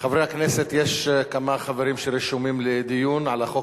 חברי הכנסת, יש כמה חברים שרשומים לדיון בחוק.